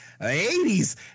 80s